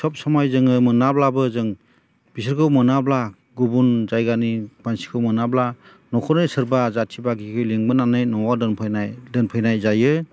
सब समय जोङो मोनाब्लाबो जों बिसोरखौ मोनाब्ला गुबुन जायगानि मानसिखौ मोनाब्ला न'खरनि सोरबा जाथि बाहागिखौ लिंबोनानै न'आव दोनफैनाय जायो